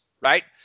right